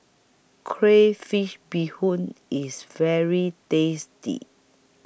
Crayfish Beehoon IS very tasty